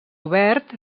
obert